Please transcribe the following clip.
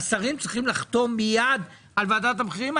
השרים צריכים לחתום מייד על ועדת המחירים.